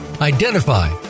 identify